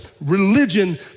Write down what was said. religion